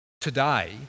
today